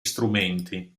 strumenti